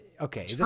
okay